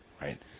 right